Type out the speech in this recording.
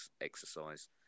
exercise